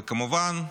וכמובן,